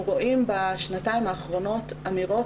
אנחנו רואים בשנתיים האחרונות אמירות